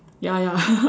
ya ya